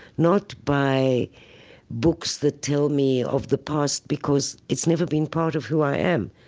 not by books that tell me of the past, because it's never been part of who i am